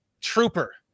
Trooper